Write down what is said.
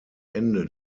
ende